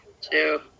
two